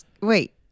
Wait